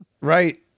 Right